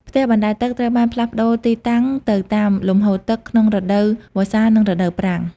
ផ្ទះបណ្តែតទឹកត្រូវបានផ្លាស់ប្តូរទីតាំងទៅតាម លំហូរទឹក ក្នុងរដូវវស្សានិងរដូវប្រាំង។